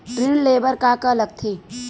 ऋण ले बर का का लगथे?